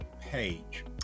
page